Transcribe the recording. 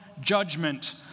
judgment